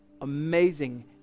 amazing